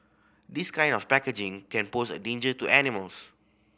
this kind of packaging can pose a danger to animals